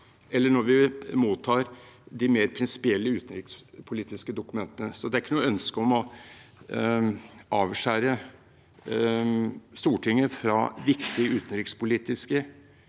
eller når vi mottar de mer prinsipielle utenrikspolitiske dokumentene. Dette er ikke noe ønske om å avskjære Stortinget fra viktige utenrikspolitiske